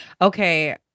okay